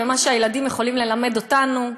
ומה שהילדים יכולים ללמד אותנו,